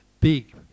big